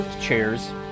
chairs